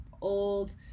old